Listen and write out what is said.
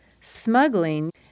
smuggling